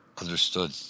Understood